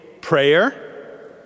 prayer